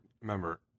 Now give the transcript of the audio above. remember